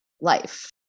life